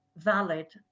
valid